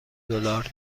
دلار